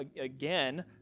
again